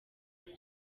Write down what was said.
muri